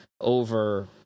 over